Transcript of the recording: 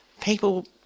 people